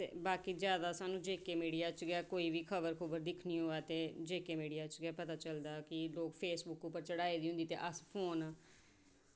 ते बाकी जेह्ड़ी स्हानू जेके मीडिया च गै खबर होऐ ते जेके मीडिया च गै पता चलदा ऐ ते फेसबुक पर चढ़ाई दी होंदी ते अस फोन